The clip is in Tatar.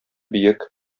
биек